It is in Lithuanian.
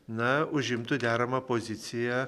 na užimtų deramą poziciją